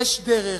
יש דרך,